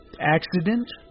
accident